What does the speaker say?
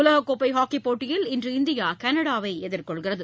உலகக்கோப்பை ஹாக்கிப்போட்டியில் இன்று இந்தியா கனடாவை எதிர்கொள்கிறது